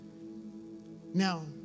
Now